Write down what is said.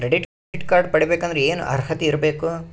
Credit card ಪಡಿಬೇಕಂದರ ಏನ ಅರ್ಹತಿ ಇರಬೇಕು?